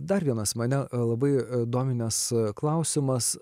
dar vienas mane labai dominęs klausimas